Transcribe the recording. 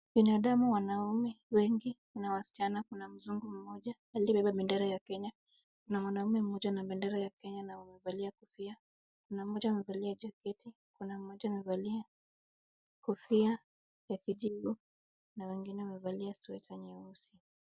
Binadamu wanaume, wengi, kuna wasichana, kuna mzungu mmoja aliyebeba bendera ya kenya, na mwanamume mmoja na bendera ya Kenya na wamevalia kofia, kuna mmoja amevalia jacket kuna mmoja amevalia kofia ya kijivu, na wengine wamevalia sweta nyeusi.